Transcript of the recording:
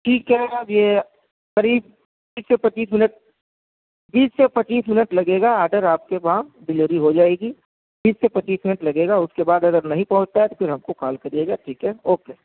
ٹھیک ہے اب یہ قریب بیس یا پچیس منٹ بیس سے پچیس منٹ لگے گا آڈر آپ کے وہاں ڈیلیوری ہو جائے گی بیس سے پچیس منٹ لگے گا اُس کے بعد اگر نہیں پہنچتا ہے تو پھر ہم کو کال کریے گا ٹھیک ہے اوکے